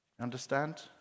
Understand